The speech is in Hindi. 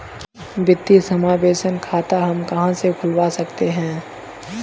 वित्तीय समावेशन खाता हम कहां से खुलवा सकते हैं?